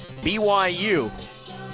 BYU